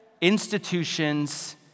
institutions